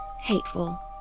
hateful